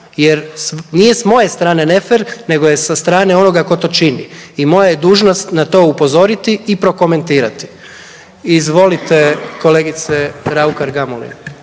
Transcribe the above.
jer nije s moje strane ne fer nego je sa strane onoga ko to čini i moja je dužnost na to upozoriti i prokomentirati. Izvolite kolegice Raukar Gamulin.